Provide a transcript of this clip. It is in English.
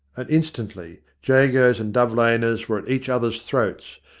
and instantly jagos and dove laners were at each others' throats,